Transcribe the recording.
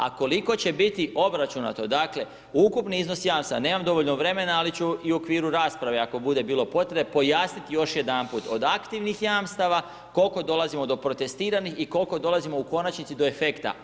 A koliko će biti obračunato, dakle, ukupni iznos jamstava, nemam dovoljno vremena, ali ću i u okviru rasprave ako bude bilo potrebe, pojasniti još jedanput, od aktivnih jamstava, kol'ko dolazimo do protestiranih i kol'ko dolazimo u konačnici do efekta.